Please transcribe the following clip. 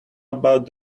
about